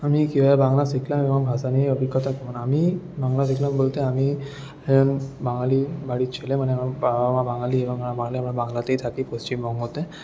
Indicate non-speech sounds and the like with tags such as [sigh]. আমি কীভাবে বাংলা শিখলাম [unintelligible] ভাষা নিয়ে অভিজ্ঞতা [unintelligible] আমি বাংলা শিখলাম বলতে আমি বাঙালি বাড়ির ছেলে মানে আমার বাবা মা বাঙালি এবং আমরা বাংলাতেই থাকি পশ্চিমবঙ্গতে